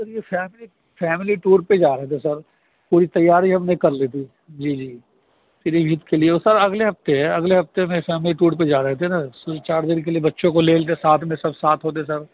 سر یہ family family tour پہ جا رہے تھے سر پوری تیاری ہم نے کر لی تھی جی جی پیلی بھیت کے لیے وہ سر اگلے ہفتے ہے اگلے ہفتے میں فیملی ٹور پہ جا رہے تھے سر صرف چار دِن کے لیے بچوں کو لے لے کے ساتھ میں سب ساتھ ہوتے سر